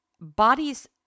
bodies